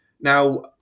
Now